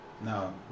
No